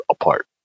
apart